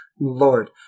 Lord